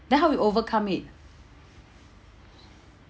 then how you overcome it